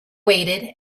waited